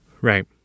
Right